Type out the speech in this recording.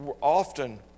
often